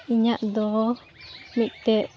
ᱤᱧᱟᱹᱜ ᱫᱚ ᱢᱤᱫᱴᱮᱡ